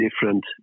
different